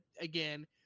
again